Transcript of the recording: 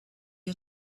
you